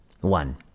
One